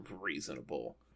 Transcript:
reasonable